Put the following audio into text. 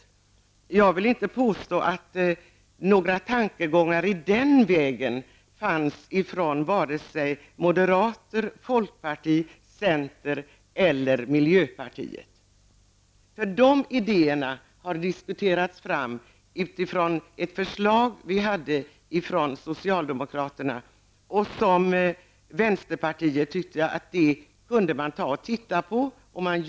Men jag vill inte påstå att några tankegångar i den här vägen kunde skönjas från moderaterna, folkpartiet, centern eller miljöpartiet. De aktuella idéerna har i stället diskuterats fram utifrån ett socialdemokratiskt förslag. Vänsterparitet tyckte att det kunde vara värt att titta på förslaget.